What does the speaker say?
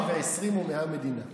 הודו ועד כוש אנחנו קוראים במגילת אסתר.